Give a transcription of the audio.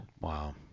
Wow